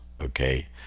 okay